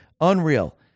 unreal